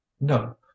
no